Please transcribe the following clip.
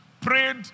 prayed